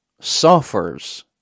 suffers